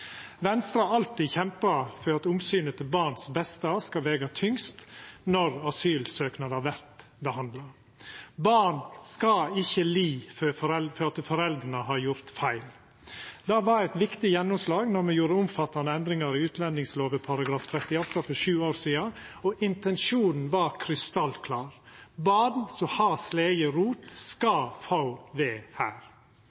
Venstre har alltid kjempa for at omsynet til barns beste skal vega tyngst når asylsøknader vert behandla. Barn skal ikkje li for at foreldra har gjort feil. Det var eit viktig gjennomslag då me gjorde omfattande endringar i utlendingslova § 38 for sju år sidan. Intensjonen var krystallklar: Barn som har slege rot, skal